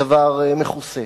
הדבר מכוסה.